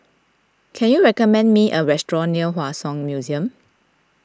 can you recommend me a restaurant near Hua Song Museum